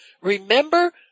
remember